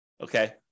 okay